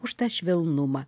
už tą švelnumą